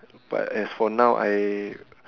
but as for now I